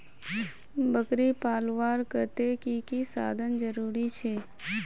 बकरी पलवार केते की की साधन जरूरी छे?